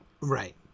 Right